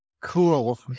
cool